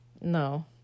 No